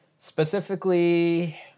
Specifically